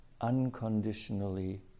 unconditionally